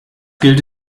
gilt